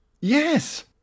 Yes